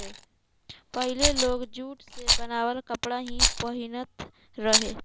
पहिले लोग जुट से बनावल कपड़ा ही पहिनत रहे